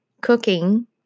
cooking